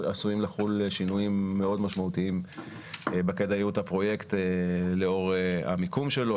עשויים לחול שינויים מאוד משמעותיים בכדאיות הפרויקט לאור המיקום שלו,